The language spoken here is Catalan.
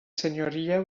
senyoria